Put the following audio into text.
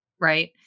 Right